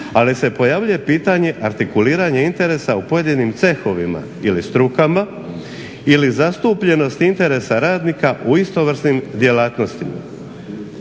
ali se pojavljuje pitanje artikuliranje interesa u pojedinim cehovima ili strukama, ili zastupljenost interesa radnika u istovrsnim djelatnostima.